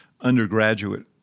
undergraduate